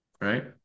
right